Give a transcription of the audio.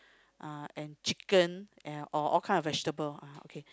uh and chicken and or all kind of vegetables ah okay